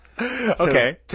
Okay